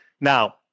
Now